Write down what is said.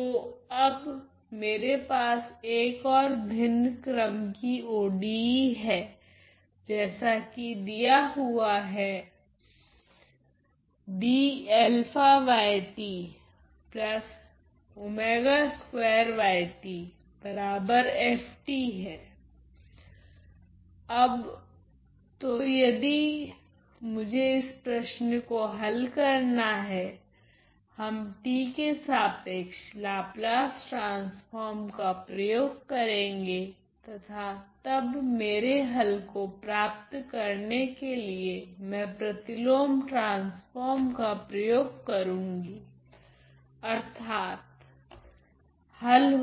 तो अब मेरे पास एक ओर भिन्न क्रम की ODE हैं जैसा की दिया हुआ है अब तो यदि मुझे इस प्रश्न को हल करना है हम t के सापेक्ष लाप्लास ट्रांसफोर्म का प्रयोग करेगे तथा तब मेरे हल को प्राप्त करने के लिए मैं प्रतिलोम ट्रांसफोर्म का प्रयोग करुगी अर्थात् हल